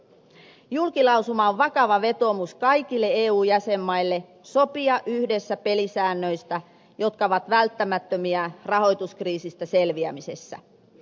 julkilausuma on vakava vetoomus kaikille eu jäsenmaille sopia yhdessä pelisäännöistä jotka ovat välttämättömiä rahoituskriisistä selviämisessä